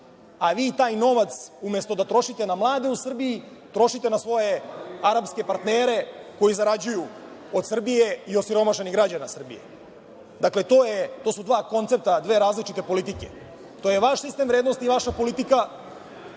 a vi taj novac umesto da trošite na mlade u Srbiji, trošite na svoje arapske partnere koji zarađuju od Srbije i od osiromašenih građana Srbije. Dakle, to su dva koncepta, dve različite politike. To je vaš sistem vrednosti i vaša politika